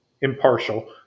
impartial